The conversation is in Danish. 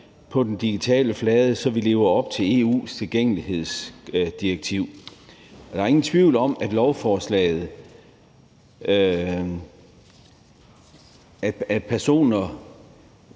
på den digitale flade, så vi lever op til EU's tilgængelighedsdirektiv. Der er ingen tvivl om, at lovforslaget vil lette